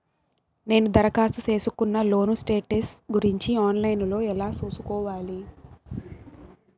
నేను దరఖాస్తు సేసుకున్న లోను స్టేటస్ గురించి ఆన్ లైను లో ఎలా సూసుకోవాలి?